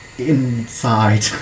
Inside